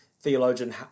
theologian